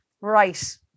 right